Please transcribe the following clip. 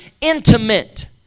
intimate